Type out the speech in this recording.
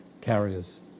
carriers